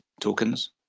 tokens